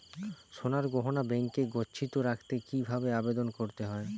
সোনার গহনা ব্যাংকে গচ্ছিত রাখতে কি ভাবে আবেদন করতে হয়?